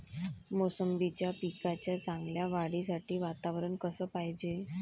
मोसंबीच्या पिकाच्या चांगल्या वाढीसाठी वातावरन कस पायजे?